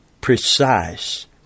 precise